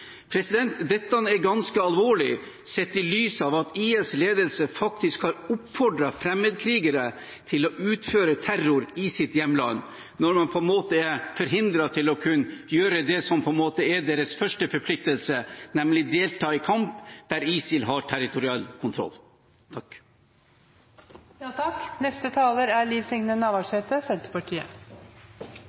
Dette er ganske alvorlig, sett i lys av at IS’ ledelse faktisk har oppfordret fremmedkrigere til å utføre terror i sitt hjemland når man er forhindret fra å gjøre det som er deres første forpliktelse, nemlig å delta i kamp der ISIL har territoriell kontroll.